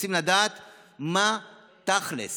רוצים לדעת מה תכל'ס,